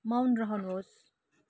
मौन रहनुहोस्